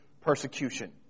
persecution